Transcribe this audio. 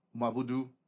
Mabudu